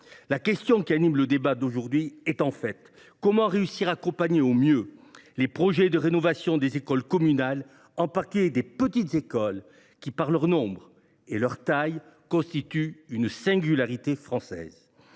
la question qui anime le débat d’aujourd’hui : comment réussir à accompagner au mieux les projets de rénovation des écoles communales, en particulier des petites écoles qui, par leur nombre et leur taille, constituent une singularité française